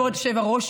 כבוד היושב-ראש,